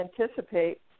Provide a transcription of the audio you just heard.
anticipate